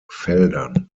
feldern